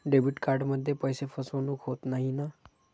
Debit कार्डमध्ये पैसे फसवणूक होत नाही ना?